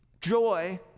joy